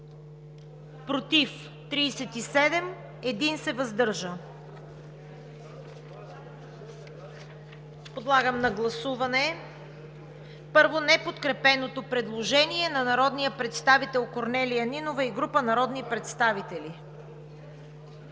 в ПГ – 4. Подлагам на гласуване първо неподкрепеното предложение на народния представител Корнелия Нинова и група народни представители.